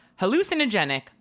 hallucinogenic